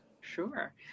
Sure